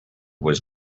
was